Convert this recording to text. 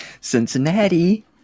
cincinnati